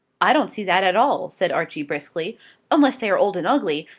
i don't see that at all, said archie, briskly unless they are old and ugly,